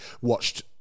watched